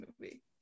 movie